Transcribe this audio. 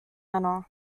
anna